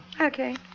Okay